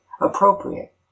appropriate